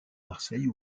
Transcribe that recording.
marseille